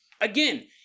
again